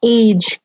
age